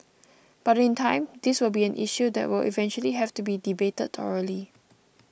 but in time this will be an issue that will eventually have to be debated thoroughly